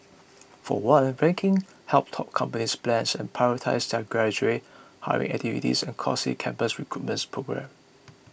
for one rankings help top companies plan and prioritise their graduate hiring activities and costly campus recruitment programmes